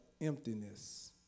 emptiness